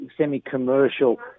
semi-commercial